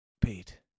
Pete